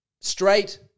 Straight